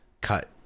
cut